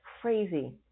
crazy